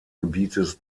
gebietes